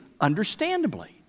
understandably